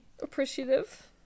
appreciative